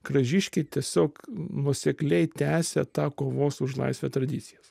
kražiškiai tiesiog nuosekliai tęsia tą kovos už laisvę tradicijas